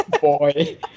boy